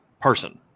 person